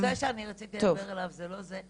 הנושא שאני רציתי לדבר עליו הוא לא זה,